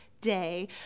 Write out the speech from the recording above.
day